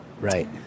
Right